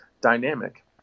dynamic